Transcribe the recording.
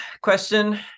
question